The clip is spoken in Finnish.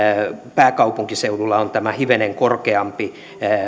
pääkaupunkiseudulla on tämä hivenen korkeampi